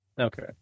Okay